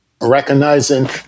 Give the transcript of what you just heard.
recognizing